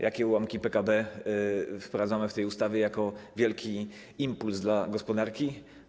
Jakie ułamki PKB wprowadzamy w tej ustawie jako wielki impuls dla gospodarki?